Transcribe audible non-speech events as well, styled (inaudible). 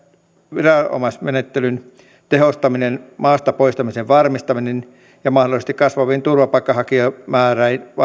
viranomaismenettelyjen tehostaminen maasta poistamisen varmistaminen (unintelligible) ja mahdollisesti kasvaviin turvapaikanhakijamääriin